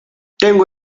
tengo